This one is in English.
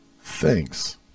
Thanks